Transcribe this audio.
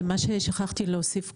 מה ששכחתי להוסיף קודם,